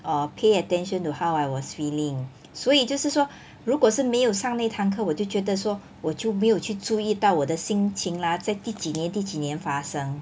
or pay attention to how I was feeling 所以就是说如果是没有上那一堂课我就觉得说我就没有去注意到我的心情 lah 在第几年第几年发生